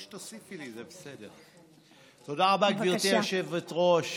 תודה רבה, גברתי היושבת-ראש.